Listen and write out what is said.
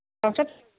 दाउसा